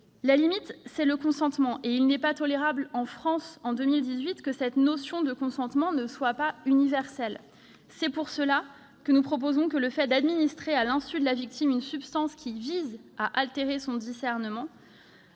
La limite, c'est le consentement, et il n'est pas tolérable en France, en 2018, que cette notion de consentement ne soit pas universelle. C'est pourquoi nous proposons que le fait d'administrer, à l'insu de la victime, une substance qui vise à altérer son discernement